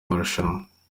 marushanwa